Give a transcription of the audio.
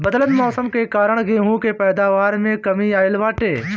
बदलत मौसम के कारण गेंहू के पैदावार में कमी आइल बाटे